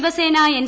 Shiv Sena N